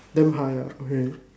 damn high ah okay